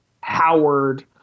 Howard